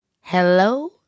hello